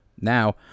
Now